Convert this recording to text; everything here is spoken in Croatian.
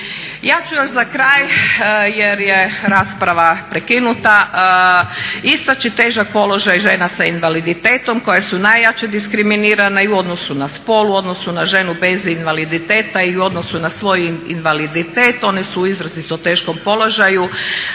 Ja ću još za kraj jer je rasprava prekinuta, istaći težak položaj žena s invaliditetom koje su najjače diskriminirane i u odnosu na spol i u odnosu na ženu bez invaliditeta i u odnosu na svoj invaliditet. One su u izrazito teškom položaju,